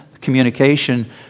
communication